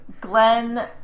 Glenn